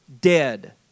dead